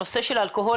הנושא של האלכוהול,